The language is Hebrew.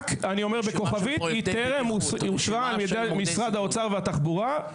אני רק אומר בכוכבית שהיא טרם אושרה על ידי משרד האוצר והתחבורה.